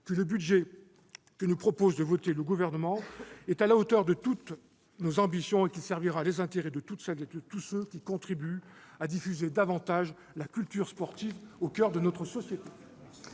que le budget que nous propose d'adopter le Gouvernement est à la hauteur de toutes nos ambitions et qu'il servira les intérêts de toutes celles et de tous ceux qui contribuent à diffuser toujours davantage la culture sportive au coeur de notre société.